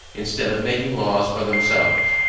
instead of making laws for themselves.